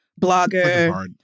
blogger